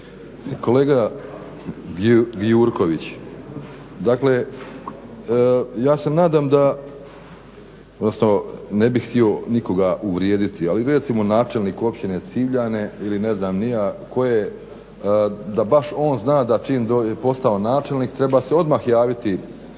Kolega Gjurković, dakle ja se nadam da, odnosno ne bih htio nikoga uvrijediti, ali recimo načelnik općine Civljane ili ne znam ni ja koje da baš on zna da čim je postao načelnik treba se odmah javiti